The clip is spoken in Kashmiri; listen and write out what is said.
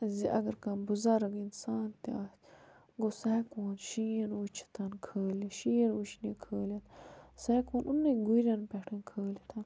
زِ اگر کانٛہہ بُزرگ انسان تہِ آسہِ گوٚو سُہ ہیٚکہون شیٖن وُچھِتھ کھٲلِتھ شیٖن وُچھنہِ کھٲلِتھ سُہ ہیٚکہون یِمنٕے گُریٚن پٮ۪ٹھ کھٲلِتھ